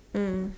mm